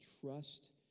Trust